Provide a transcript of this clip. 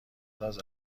ساز